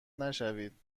نشوید